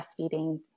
breastfeeding